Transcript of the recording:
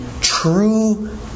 true